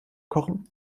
kochen